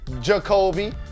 Jacoby